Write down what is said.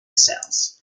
cells